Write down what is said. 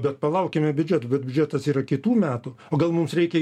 bet palaukime biudžeto bet biudžetas yra kitų metų o gal mums reikia